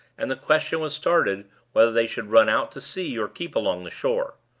and the question was started whether they should run out to sea or keep along the shore.